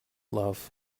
love